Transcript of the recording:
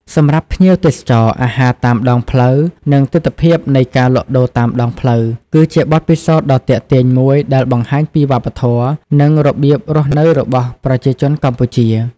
សម្រាប់ភ្ញៀវទេសចរ អាហារតាមដងផ្លូវ និងទិដ្ឋភាពនៃការលក់ដូរតាមដងផ្លូវ គឺជាបទពិសោធន៍ដ៏ទាក់ទាញមួយដែលបង្ហាញពីវប្បធម៌ និងរបៀបរស់នៅរបស់ប្រជាជនកម្ពុជា ។